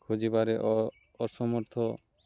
ଖୋଜିିବାରେ ଅସମର୍ଥ